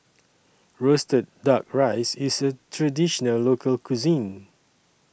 Roasted Duck Rice IS A Traditional Local Cuisine